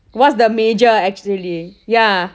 what's the major actually